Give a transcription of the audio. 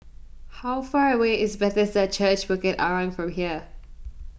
how far away is Bethesda Church Bukit Arang from here